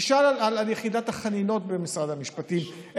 תשאל על יחידת החנינות במשרד המשפטים,